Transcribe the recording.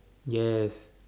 yes